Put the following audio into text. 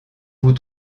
vous